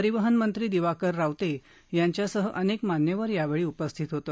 परिवहन मंत्री दिवाकर रावते यांच्यासह अनेक मान्यवर यावेळी उपस्थित होते